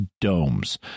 domes—